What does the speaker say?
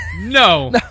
No